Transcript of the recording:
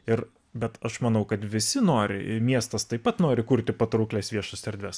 ir bet aš manau kad visi nori ir miestas taip pat nori kurti patrauklias viešas erdves